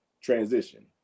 transition